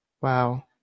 Wow